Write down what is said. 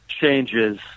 changes